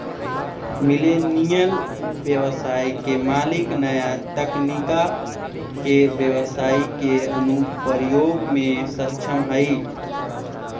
millennial व्यवसाय के मालिक नया तकनीका के व्यवसाई के अनुप्रयोग में सक्षम हई